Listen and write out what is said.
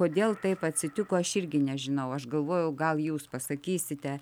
kodėl taip atsitiko aš irgi nežinau aš galvojau gal jūs pasakysite